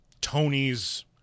Tony's